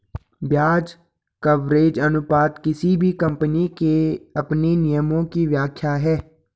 ब्याज कवरेज अनुपात किसी भी कम्पनी के अपने नियमों की व्याख्या है